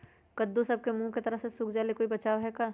कददु सब के मुँह के तरह से सुख जाले कोई बचाव है का?